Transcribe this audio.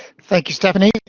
thank you stephanie.